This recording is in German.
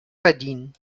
verdienen